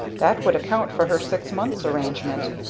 that would account for her six months' arrangement!